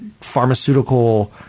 pharmaceutical